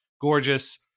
gorgeous